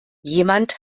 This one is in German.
jemand